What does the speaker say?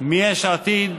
מיש עתיד,